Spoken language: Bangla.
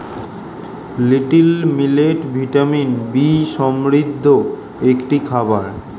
লিটল মিলেট ভিটামিন বি সমৃদ্ধ একটি খাবার